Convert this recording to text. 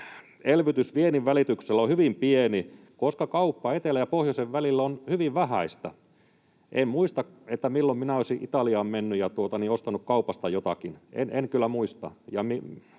elvytys viennin välityksellä on hyvin pieni, koska kauppa etelän ja pohjoisen välillä on hyvin vähäistä. En muista, milloin minä olisin Italiaan mennyt ja ostanut kaupasta jotakin — en kyllä muista.